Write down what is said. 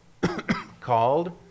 called